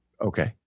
Okay